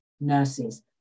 nurses